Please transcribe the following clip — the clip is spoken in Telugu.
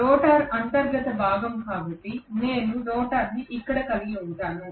రోటర్ అంతర్గత భాగము కాబట్టి నేను రోటర్ ని ఇక్కడ కలిగి ఉంటాను